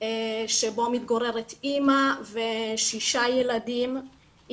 שבו מתגוררת אמא ושישה ילדים,